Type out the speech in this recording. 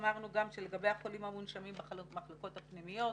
אמרנו גם שלגבי החולים המונשמים במחלקות הפנימיות,